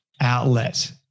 outlet